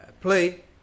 play